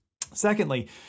Secondly